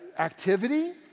Activity